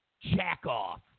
jack-off